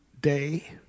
Day